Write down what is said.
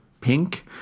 pink